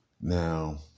Now